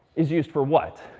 is used for what?